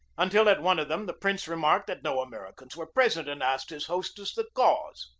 until at one of them the prince remarked that no americans were present, and asked his hostess the cause.